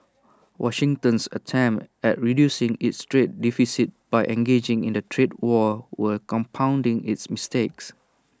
Washington's attempts at reducing its trade deficit by engaging in A trade war were compounding its mistakes